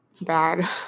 bad